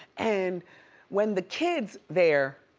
and when the kids there,